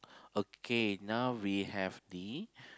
okay now we have the